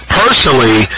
personally